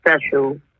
special